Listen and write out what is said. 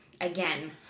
again